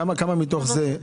כמה מתוך זה?